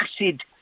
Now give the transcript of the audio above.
acid